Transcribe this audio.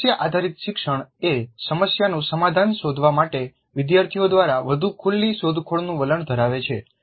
સમસ્યા આધારિત શિક્ષણ એ સમસ્યાનું સમાધાન શોધવા માટે વિદ્યાર્થીઓ દ્વારા વધુ ખુલ્લી શોધખોળનું વલણ ધરાવે છે